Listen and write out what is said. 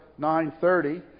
9.30